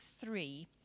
three